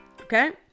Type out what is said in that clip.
Okay